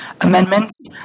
amendments